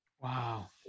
wow